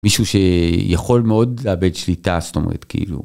מישהו שיכול מאוד לאבד שליטה זאת אומרת כאילו.